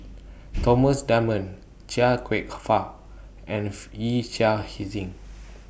Thomas Dunman Chia Kwek Fah and Yee Chia Hsing